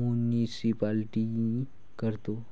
Municipality करतो?